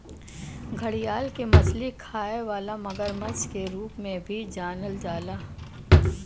घड़ियाल के मछली खाए वाला मगरमच्छ के रूप में भी जानल जाला